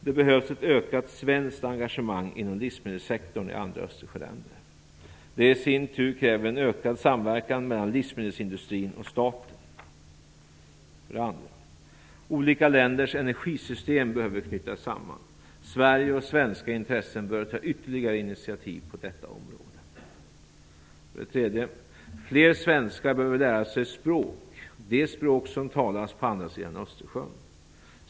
Det behövs ett ökat svenskt engagemang inom livsmedelssektorn i andra Östersjöländer. Det kräver i sin tur en ökad samverkan mellan livsmedelsindustrin och staten. 2. Olika länders energisystem behöver knytas samman. Sverige och svenska intressen bör ta ytterligare initiativ på detta område. 3. Fler svenskar behöver lära sig språk - de språk som talas på andra sidan Östersjön.